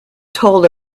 told